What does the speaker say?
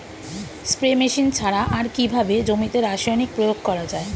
Spray machine ছাড়া আর কিভাবে জমিতে রাসায়নিক প্রয়োগ করা যায়?